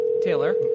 Taylor